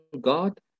God